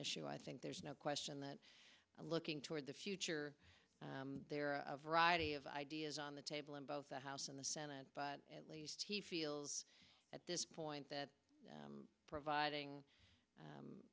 issue i think there's no question that i'm looking toward the future there are a variety of ideas on the table in both the house and the senate but at least he feels at this point that providing